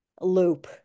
loop